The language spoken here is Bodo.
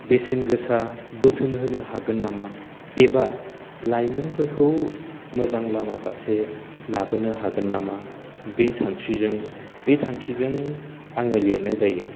बेसेन गोसा बोसोन होनो हागोन नामा एबा लाइमोनफोरखौ मोजां लामा फारसे लाबोनो हागोन नामा बे सानस्रिजों बे थांखिजों आङो लिरनाय जायो